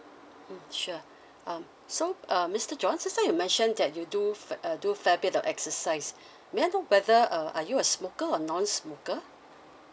mm sure um so uh mister john just not you mentioned that you do uh do fair bit of exercise may I know whether uh are you a smoker or non smoker